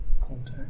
contact